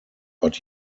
but